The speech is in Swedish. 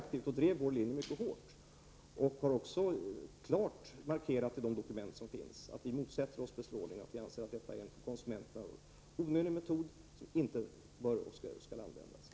Vi drev vår linje mycket hårt och vi har också klart markerat, i de dokument som finns, att vi motsätter oss bestrålning. Vi anser att bestrålning är en för konsumenterna onödig metod, som inte skall användas.